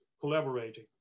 collaborating